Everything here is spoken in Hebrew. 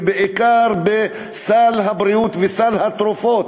ובעיקר בסל הבריאות וסל התרופות,